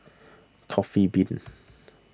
Coffee Bean